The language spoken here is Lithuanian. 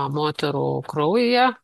moterų kraujyje